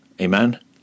amen